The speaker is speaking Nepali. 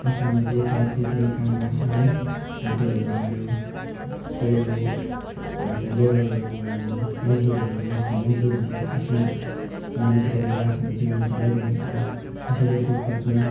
आफ्नोमा जे छ त्यही त्यहीमा काम गर्छ है होटलहरू भयो कोही अब अब यता लेबरहरू भइगयो मजदुरहरू मजदुरहरूले आफ्नो मिहिनेत गरेर आफ्नो जीवन चलाइरहेको छ कसैले फुटपाथमा